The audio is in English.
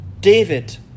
David